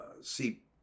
see